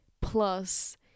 plus